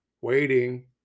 waiting